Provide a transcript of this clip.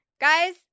guys